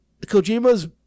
Kojima's